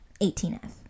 18F